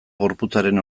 gorputzaren